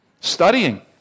studying